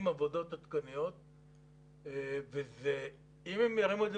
עם עבודות עדכניות ואם הם ירימו את זה